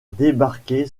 débarqué